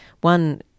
one –